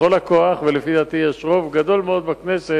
בכל הכוח, ולפי דעתי יש רוב גדול מאוד בכנסת,